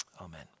Amen